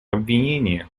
обвинения